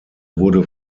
wurde